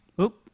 Oops